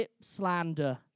slander